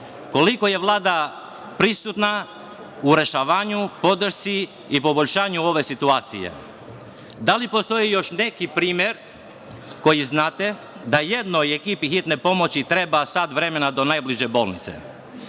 Koliko je Vlada prisutna u rešavanja, podršci i poboljšanju ove situacije? Da li postoji još neki primer koji znate da jednoj ekipi hitne pomoći treba sat vremena do najbliže bolnice?